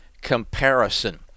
comparison